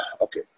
okay